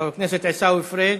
חבר הכנסת עיסאווי פריג'.